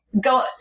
go